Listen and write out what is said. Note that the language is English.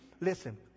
listen